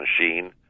machine